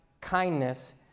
kindness